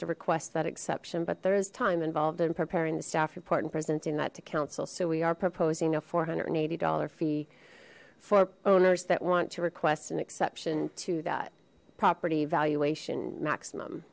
to request that exception but there is time involved in preparing the staff report and presenting that to council so we are proposing a four hundred and eighty dollar fee for owners that want to request an exception to that property valuation maximum